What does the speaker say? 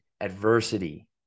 adversity